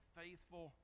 faithful